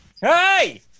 Hey